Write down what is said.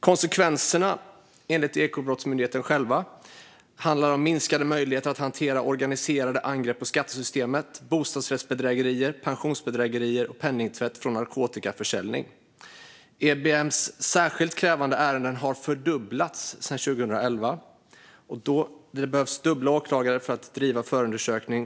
Konsekvenserna, enligt Ekobrottsmyndigheten själv, handlar om minskade möjligheter att hantera organiserade angrepp på skattesystemet, bostadsrättsbedrägerier, pensionsbedrägerier och penningtvätt från narkotikaförsäljning. EBM:s särskilt krävande ärenden har fördubblats sedan 2011, och det behövs dubbla åklagare för att driva förundersökning.